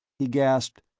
he gasped,